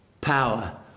power